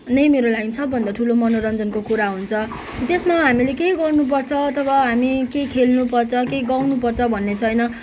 नै मेरो लागि सबैभन्दा ठुलो मनोरञ्जनको कुरा हुन्छ त्यसमा हामीले के गर्नु पर्छ अथवा हामी के खेल्नु पर्छ के गाउनु पर्छ भन्ने छैन